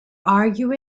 argued